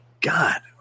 god